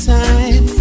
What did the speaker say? time